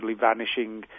vanishing